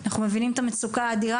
אנחנו מבינים את המצוקה האדירה,